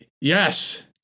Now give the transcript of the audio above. Yes